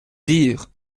dire